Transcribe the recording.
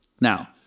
Now